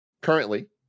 Currently